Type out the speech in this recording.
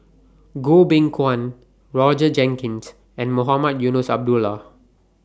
Goh Beng Kwan Roger Jenkins and Mohamed Eunos Abdullah